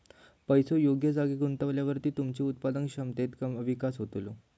पैसो योग्य जागी गुंतवल्यावर तुमच्या उत्पादन क्षमतेत विकास होतलो